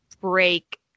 break